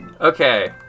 Okay